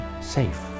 safe